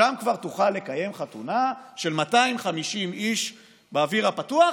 שם כבר תוכל לקיים חתונה של 250 איש באוויר הפתוח,